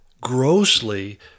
grossly